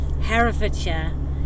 Herefordshire